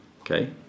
Okay